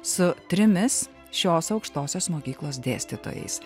su trimis šios aukštosios mokyklos dėstytojais